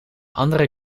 andere